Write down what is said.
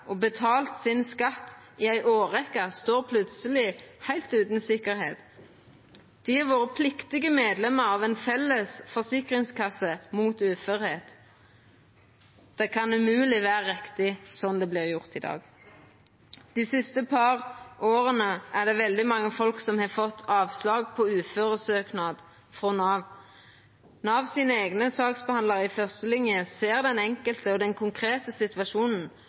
og sjukepleiarar og betalt skatten sin i ei årrekkje, står plutseleg heilt utan sikkerheit. Dei har vore pliktige medlemer av ei felles forsikringskasse mot uførleik. Det kan umogleg vera riktig slik det vert gjort i dag. Dei siste par åra er det veldig mange som har fått avslag på uføresøknad frå Nav. Navs eigne saksbehandlarar i førstelinja ser den enkelte og den konkrete situasjonen